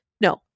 No